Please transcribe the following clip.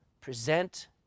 present